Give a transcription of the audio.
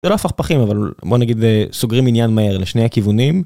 זה לא הפכפכים אבל בוא נגיד סוגרים עניין מהר לשני הכיוונים.